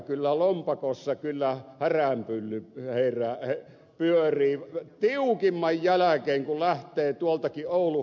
kyllä lompakossa häränpylly pyörii tiukimman jälkeen kun lähtee tuoltakin oulun herukasta hirvinevalle sorsajahtiin